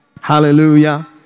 Hallelujah